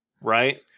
right